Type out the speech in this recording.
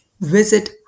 visit